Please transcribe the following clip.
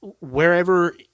wherever